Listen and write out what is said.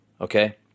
okay